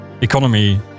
economy